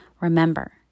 remember